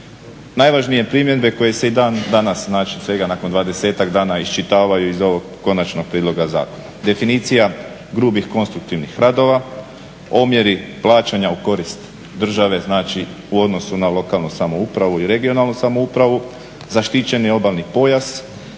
Najvažnije primjedbe koje se i dan danas, znači svega nakon dvadesetak dana iščitavaju iz ovog konačnog prijedloga zakona. Definicija grubih konstruktivnih radova, omjeri plaćanja u korist države, znači u odnosu na lokalnu samoupravu i regionalnu samoupravu, zaštićeni obalni pojas